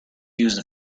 used